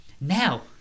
Now